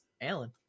alan